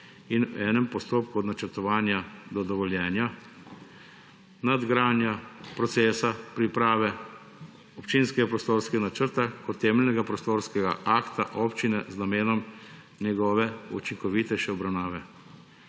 in v enem postopku od načrtovanja do dovoljenja, nadgradnja procesa priprave občinskega prostorskega načrta kot temeljnega prostorskega akta občine z namenom njegove učinkovitejše obravnave,